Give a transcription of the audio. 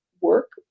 work